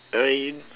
I